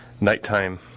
nighttime